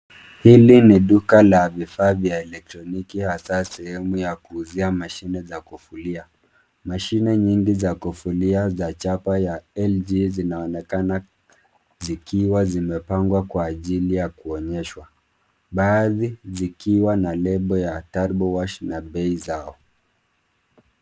Hili ni duka la vifaa vya elektroniki hasaa sehemu ya kuuzia mashine za kufulia. Mashine nyingi za kufulia za chapa ya LG zinaonekana zikiwa zimepangwa kwa ajili ya kuonyeshwa. Baadhi zikiwa na lebo ya Turbowash na bei zao.